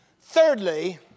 Thirdly